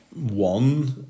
One